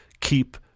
keep